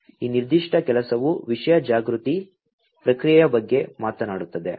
ಆದ್ದರಿಂದ ಈ ನಿರ್ದಿಷ್ಟ ಕೆಲಸವು ವಿಷಯ ಜಾಗೃತಿ ಪ್ರಕ್ರಿಯೆಯ ಬಗ್ಗೆ ಮಾತನಾಡುತ್ತದೆ